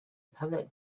public